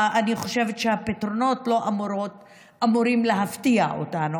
אני חושבת שהפתרונות לא אמורים להפתיע אותנו.